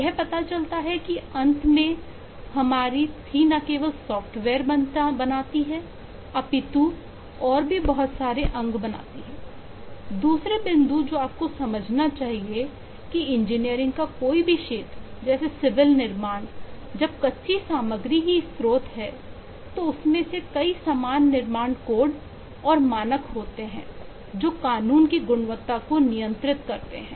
यह पता चलता है कि अंत में हमारी थी ना केवल सॉफ्टवेयर बनाती है अपितु और भी बहुत सारे अंग बनाती है दूसरे बिंदु जो आपको समझना चाहिए कि इंजीनियरिंग का कोई भी क्षेत्र जैसे सिविल निर्माण जब कच्ची सामग्री ही स्त्रोत तो उस में कई समान निर्माण कोड और मानक होते हैं जो कानून की गुणवत्ता को नियंत्रित करते हैं